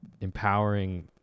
empowering